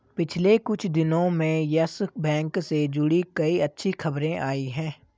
पिछले कुछ दिनो में यस बैंक से जुड़ी कई अच्छी खबरें आई हैं